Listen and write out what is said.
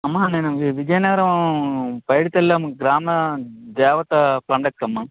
అమ్మ నేను వి విజయనగరం పైడితల్లి అమ్మ గ్రామదేవత పండగకి అమ్మ